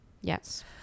Yes